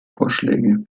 vorschläge